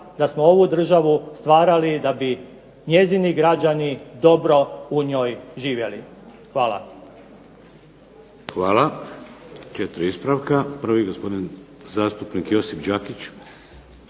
da smo ovu državu stvarali da bi njezini građani dobro u njoj živjeli. Hvala. **Šeks, Vladimir (HDZ)** Hvala. Četiri ispravka. Prvi gospodin zastupnik Josip Đakić.